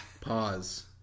pause